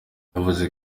yavuze